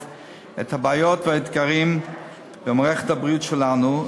את הבעיות והאתגרים במערכת הבריאות שלנו.